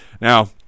now